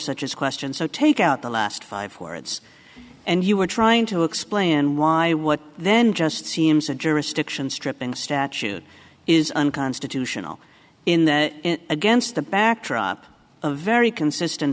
such as question so take out the last five words and you were trying to explain why what then just seems a jurisdiction stripping statute is unconstitutional in there against the backdrop a very consistent